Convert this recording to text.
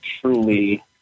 truly